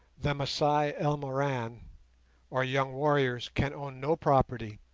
the masai elmoran or young warriors can own no property,